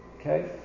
Okay